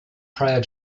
prior